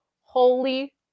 Holy